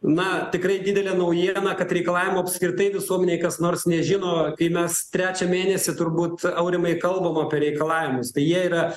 na tikrai didelė naujiena kad reikalavimų apskritai visuomenėj kas nors nežino kai mes trečią mėnesį turbūt aurimai kalbam apie reikalavimus tai jie yra